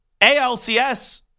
ALCS